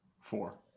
Four